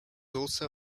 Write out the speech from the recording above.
also